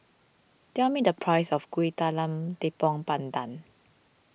tell me the price of Kuih Talam Tepong Pandan